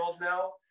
now